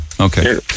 Okay